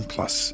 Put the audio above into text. Plus